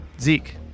Zeke